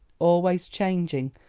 always changing,